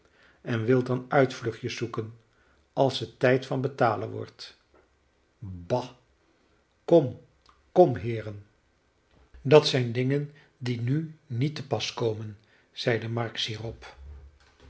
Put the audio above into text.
en wilt dan uitvluchtjes zoeken als het tijd van betalen wordt bah kom kom heeren dat zijn dingen die nu niet te pas komen zeide marks hierop